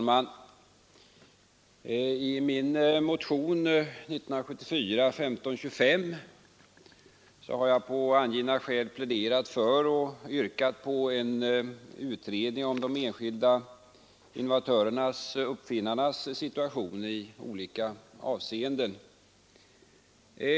Herr talman! I min motion nr 1525 har jag på angivna skäl pläderat för och yrkat på en utredning om de enskilda innovatörernas/uppfinnarnas situation i olika avseenden.